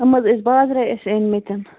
یِم حظ ٲسۍ بازرے اَسہِ أنۍمٕتۍ